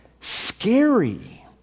scary